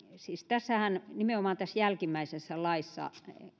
nimenomaan tässä jälkimmäisessä laissa